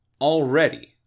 already